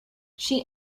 she